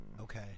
Okay